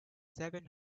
seven